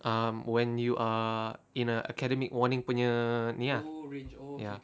um when you are in a academic warning punya ni ah ya